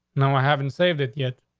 no, i haven't saved it yet,